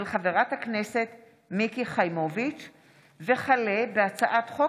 מאת חברת הכנסת מיקי חיימוביץ'; הצעת חוק